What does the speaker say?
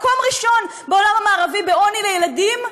מקום ראשון בעולם המערבי בעוני לילדים,